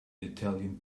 italian